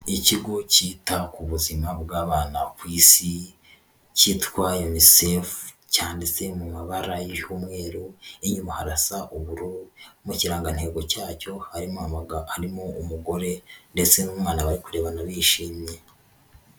Ikigo cyita ku buzima bw'abana ku isi kitwa UNICEF, cyanditse mu mabara y'umweru, n'inyuma harasa ubururu, mu kirangantego cyacyo harimo amagambo harimo umugore, ndetse n'umwana bari kureba bishimye.